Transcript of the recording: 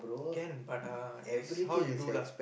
can but uh is how you do lah